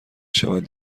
شود